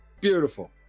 Beautiful